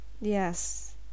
Yes